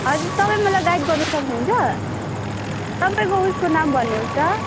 हजुर तपाईँ मलाई गाइड गर्न सक्नुहुन्छ तपाईँको उसको नाम भन्नुहोस् त